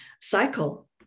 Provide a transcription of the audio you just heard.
cycle